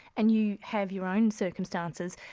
and you have your own circumstances.